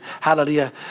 hallelujah